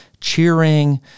cheering